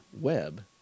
web